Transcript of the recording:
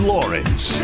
Lawrence